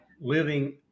living